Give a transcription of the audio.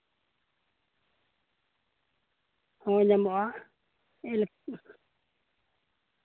ᱦᱳᱭ ᱧᱟᱢᱚᱜᱼᱟ